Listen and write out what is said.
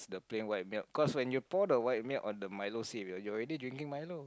the plain white milk cause when you pour the white milk on the milo cereal you're already drinking milo